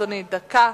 אדוני, דקה.